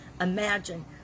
imagine